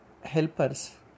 helpers